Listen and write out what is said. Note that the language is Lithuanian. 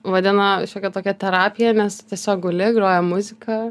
vadina šiokia tokia terapija nes tiesiog guli groja muzika